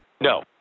No